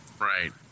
Right